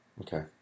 Okay